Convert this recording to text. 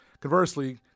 conversely